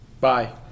Bye